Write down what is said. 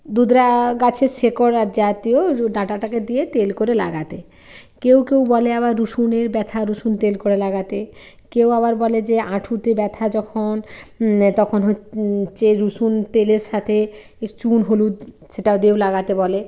ধুতরা গাছের শেকড় জাতীয় ডাঁটাটাকে দিয়ে তেল করে লাগাতে কেউ কেউ বলে আবার রসুনের ব্যথা রসুন তেল করে লাগাতে কেউ আবার বলে যে হাঁটুতে ব্যথা যখন তখন হোত হচ্ছে রসুন তেলের সাথে একটু চুন হলুদ সেটা দিয়েও লাগাতে বলে